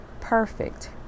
perfect